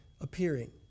appearing